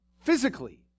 physically